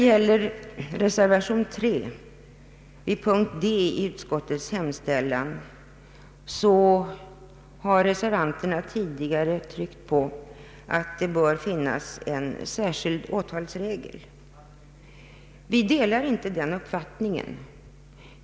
I reservation 3 vid punkten D i utskottsutlåtandet framhåller reservanterna att det bör finnas en särskild åtalsregel. Vi delar inte den uppfattningen.